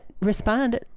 respond